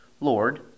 Lord